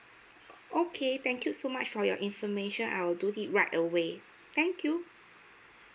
okay thank you so much for your information I'll do it right away thank you